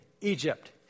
Egypt